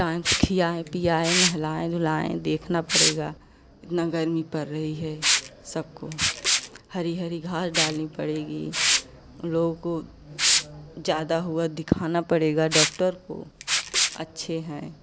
time से खिआएँ पियाएँ नहलाएँ धुलाएँ देखना पड़ेगा इतना गरमी पर रही है सबको हरी हरी घास डालनी पड़ेगी हम लोग को ज़्यादा हुआ दिखाना पड़ेगा डॉक्टर को अच्छे हैं